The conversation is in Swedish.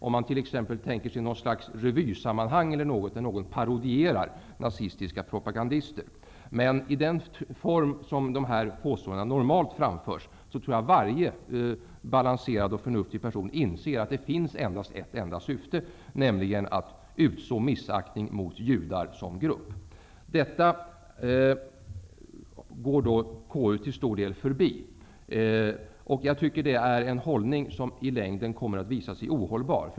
Man kan t.ex. tänka sig ett slags revysammanhang, där någon parodierar nazistiska propagandister. Men som de här påståendena normalt framförs tror jag att varje balanserad och förnuftig person inser att det bara finns ett enda syfte, nämligen att utså missaktning mot judar som grupp. Detta går KU till stor del förbi. Jag tycker det är en inställning som i längden kommer att visa sig ohållbar.